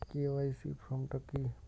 KYC form টা কি?